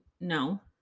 no